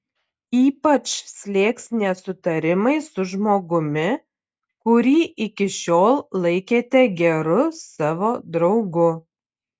ypač slėgs nesutarimai su žmogumi kurį iki šiol laikėte geru savo draugu